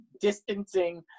distancing